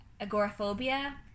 agoraphobia